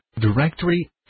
directory